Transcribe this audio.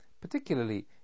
particularly